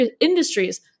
industries